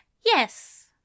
Yes